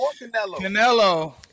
Canelo